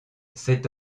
c’est